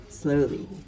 slowly